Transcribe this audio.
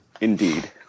indeed